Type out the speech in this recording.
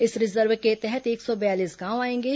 इस रिजर्व के तहत एक सौ बयालीस गांव आएंगे